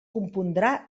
compondrà